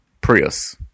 Prius